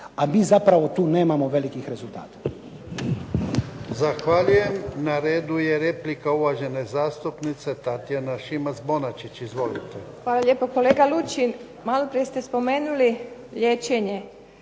A mi zapravo tu nemamo velikih rezultata.